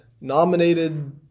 nominated